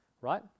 right